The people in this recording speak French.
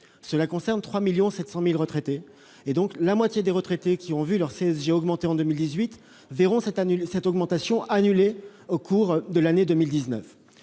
Cela concerne 3,7 millions d'entre eux. La moitié des retraités qui ont vu leur CSG augmenter en 2018 verront donc cette augmentation annulée au cours de l'année 2019.